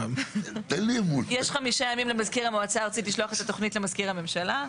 יש חמישה ימים למזכיר המועצה הארצית לשלוח את התוכנית למזכיר הממשלה.